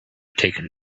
taken